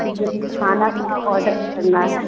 मुझे खाना का ऑडर करना है